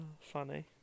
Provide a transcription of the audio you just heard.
Funny